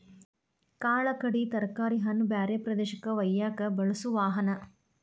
ಕಾಳ ಕಡಿ ತರಕಾರಿ ಹಣ್ಣ ಬ್ಯಾರೆ ಪ್ರದೇಶಕ್ಕ ವಯ್ಯಾಕ ಬಳಸು ವಾಹನಾ